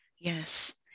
Yes